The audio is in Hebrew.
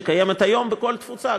שקיימת היום בכל תפוצה,